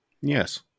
Yes